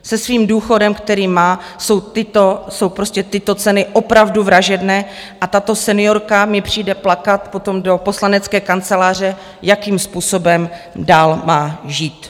Se svým důchodem, který má, jsou prostě tyto ceny opravdu vražedné, a tato seniorka mi přijde plakat potom do poslanecké kanceláře, jakým způsobem dál má žít.